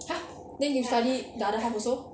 !huh! then you study the other half also